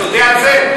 תודה על זה?